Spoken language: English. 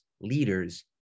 leaders